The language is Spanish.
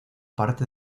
parte